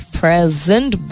present